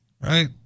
right